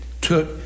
took